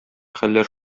хәлләр